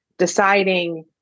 deciding